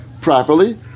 properly